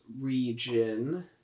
region